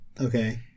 okay